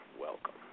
Welcome